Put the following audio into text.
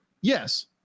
yes